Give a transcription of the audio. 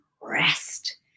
rest